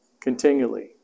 continually